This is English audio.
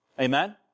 Amen